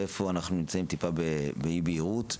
ואיפה אנחנו נמצאים באי בהירות.